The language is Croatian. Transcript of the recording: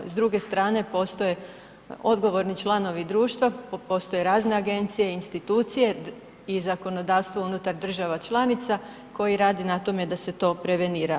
S druge strane postoje odgovorni članovi društva, postoje razne agencije i institucije i zakonodavstvo unutar država članica koji rade na tome da se to prevenira.